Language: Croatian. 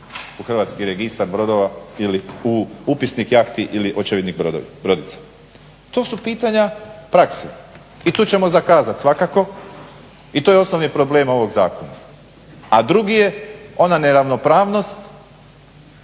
u Hrvatski registar brodova ili u Upisnik jahti ili Očevidnik brodica. To su pitanja prakse i tu ćemo zakazat svakako i to je osnovni problem ovog zakona. A drugi je ona neravnopravnost